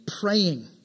praying